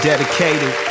Dedicated